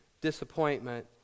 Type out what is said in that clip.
disappointment